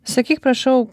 sakyk prašau